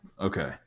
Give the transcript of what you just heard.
Okay